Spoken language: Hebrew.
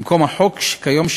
במקום החוק כיום,